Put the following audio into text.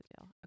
deal